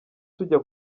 tujya